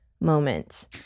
moment